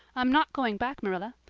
i'm not going back, marilla.